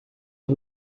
een